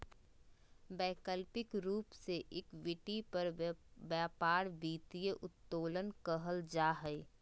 वैकल्पिक रूप से इक्विटी पर व्यापार वित्तीय उत्तोलन कहल जा हइ